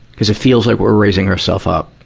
cuz it feels like we're raising ourself up.